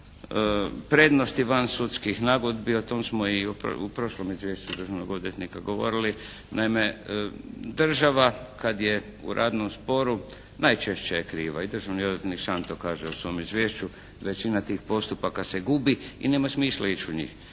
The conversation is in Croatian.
o prednosti van sudskih nagodbi, o tome smo i u prošlom izvješću državnog odvjetnika govorili. Naime država kad je u radnom sporu najčešće je kriva i državni odvjetnik sam to kaže u svom izvješću. Većina tih postupaka se gubi i nema smisla ići u njih.